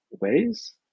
ways